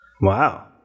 wow